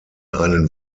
einen